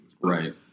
Right